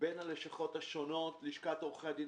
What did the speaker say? בין הלשכות השונות לשכת עורכי הדין,